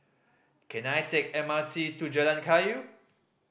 can I take M R T to Jalan Kayu